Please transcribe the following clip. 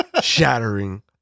shattering